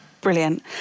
brilliant